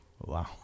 Wow